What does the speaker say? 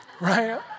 right